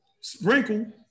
Sprinkle